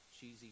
cheesy